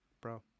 Bro